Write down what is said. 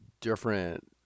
different